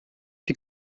die